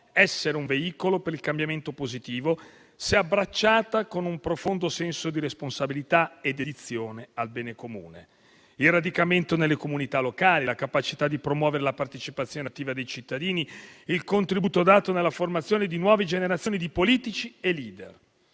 essere un veicolo per il cambiamento positivo, se abbracciata con un profondo senso di responsabilità e dedizione al bene comune. Il radicamento nelle comunità locali, la capacità di promuovere la partecipazione attiva dei cittadini, il contributo dato alla formazione di nuove generazioni di politici e *leader*,